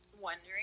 wondering